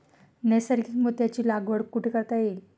नैसर्गिक मोत्यांची लागवड कुठे करता येईल?